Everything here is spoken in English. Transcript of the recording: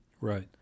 Right